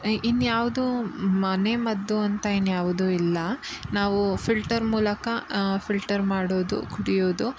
ಇನ್ನು ಯಾವ್ದೂ ಮನೆ ಮದ್ದು ಅಂತ ಇನ್ನು ಯಾವುದು ಇಲ್ಲ ನಾವು ಫಿಲ್ಟರ್ ಮೂಲಕ ಫಿಲ್ಟರ್ ಮಾಡೋದು ಕುಡಿಯೋದು